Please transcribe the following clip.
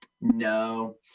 No